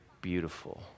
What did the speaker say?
beautiful